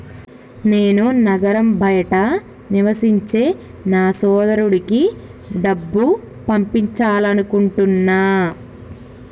నేను నగరం బయట నివసించే నా సోదరుడికి డబ్బు పంపాలనుకుంటున్నా